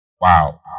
Wow